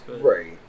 right